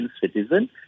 citizen